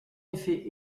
effet